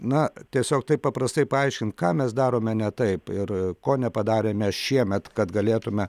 na tiesiog taip paprastai paaiškint ką mes darome ne taip ir ko nepadarėme šiemet kad galėtume